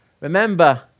Remember